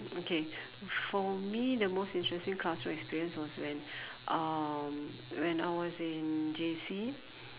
okay for me the most interesting classroom experience was when um when I was in J_C